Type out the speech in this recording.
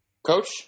Coach